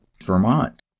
Vermont